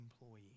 employee